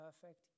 Perfect